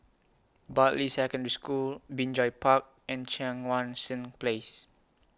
Bartley Secondary School Binjai Park and Cheang Wan Seng Place